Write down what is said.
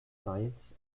science